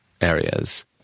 areas